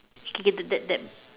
that that